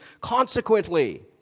consequently